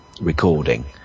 recording